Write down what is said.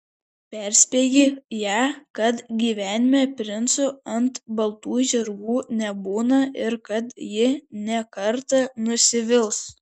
perspėji ją kad gyvenime princų ant baltų žirgų nebūna ir kad ji ne kartą nusivils